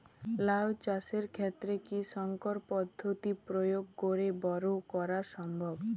লাও চাষের ক্ষেত্রে কি সংকর পদ্ধতি প্রয়োগ করে বরো করা সম্ভব?